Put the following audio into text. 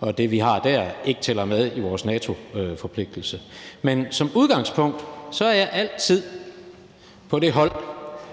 og det, vi har der, ikke tæller med i forhold til vores NATO-forpligtelse. Men som udgangspunkt er jeg altid på det hold,